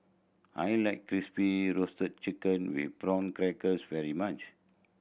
I like Crispy Roasted Chicken with Prawn Crackers very much